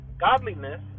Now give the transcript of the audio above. godliness